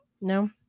No